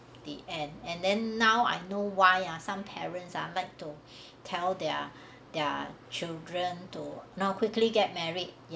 the end and then now I know why ah some parents are but to tell their their children to nor quickly get married